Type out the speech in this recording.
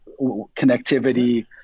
connectivity